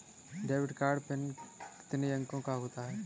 Debit card PIN कितने अंकों का होता है?